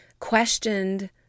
Questioned